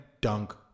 dunk